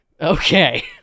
Okay